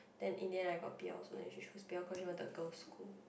then in the end I got p_l also then she chose p_l cause she wanted girls' school